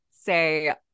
say